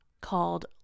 called